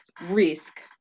risk